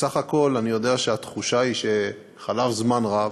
בסך הכול אני יודע שהתחושה היא שחלף זמן רב,